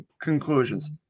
conclusions